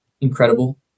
incredible